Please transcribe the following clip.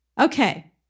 okay